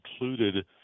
included